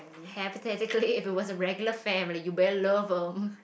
hypothetically if it was a regular family you better love them